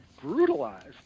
brutalized